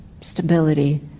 stability